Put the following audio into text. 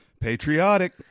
Patriotic